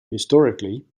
historically